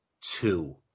two